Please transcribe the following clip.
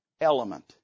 element